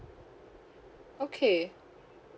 okay